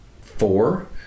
four